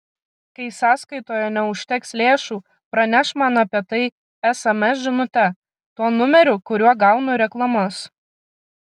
kai sąskaitoje neužteks lėšų praneš man apie tai sms žinute tuo numeriu kuriuo gaunu reklamas